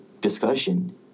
discussion